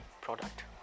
product